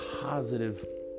positive